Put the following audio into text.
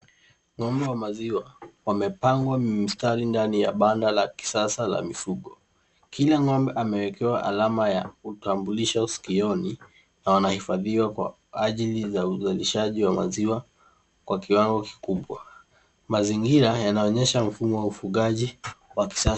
Ng'ombe wa maziwa wamepangwa mstari ndani ya banda la kisasa la mifugo. Kila ng'ombe amewekewa alama ya utambulisho sikioni na wanahifadhiwa kwa ajili ya uzalishaji wa maziwa kwa kiwango kikubwa. Mazingira yanaonyesha mfumo wa ufugaji wa kisasa.